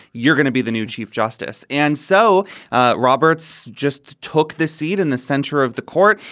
you're going to be the new chief justice. and so ah roberts just took this seat in the center of the court.